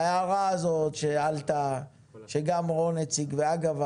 ההערה הזאת שעלתה שגם רון הציג ואגב,